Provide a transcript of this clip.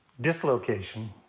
dislocation